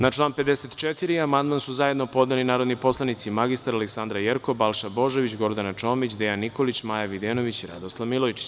Na član 54. amandman su zajedno podneli narodni poslanici mr Aleksandra Jerkov, Balša Božović, Gordana Čomić, Dejan Nikolić, Maja Videnović i Radoslav Milojičić.